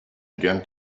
began